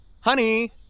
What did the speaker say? Honey